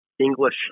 English